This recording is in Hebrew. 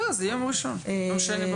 זה יהיה ביום שני בבוקר.